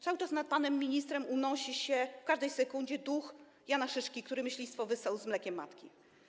Cały czas nad panem ministrem unosi się, w każdej sekundzie, duch Jana Szyszko, który myślistwo wyssał z mlekiem matki.